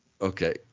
Okay